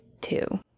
two